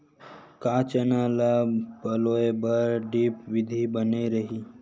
का चना ल पलोय बर ड्रिप विधी बने रही?